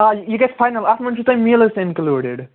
آ یہِ گژھِ فاینَل اَتھ منٛز چھُو تۄہہِ میٖلٕز تہٕ اِنکٕلوٗڈٕڈ